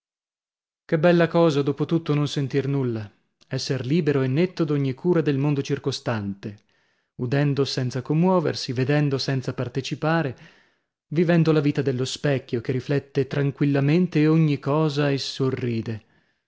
che bella cosa dopo tutto non sentir nulla esser libero e netto d'ogni cura del mondo circostante udendo senza commuoversi vedendo senza partecipare vivendo la vita dello specchio che riflette tranquillamente ogni cosa e sorride